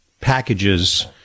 packages